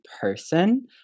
person